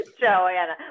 joanna